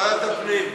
ועדת הפנים.